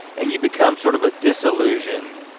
and you become sort of a disillusioned?